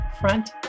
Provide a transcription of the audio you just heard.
Front